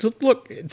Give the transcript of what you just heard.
look